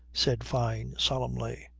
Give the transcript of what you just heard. said fyne solemnly.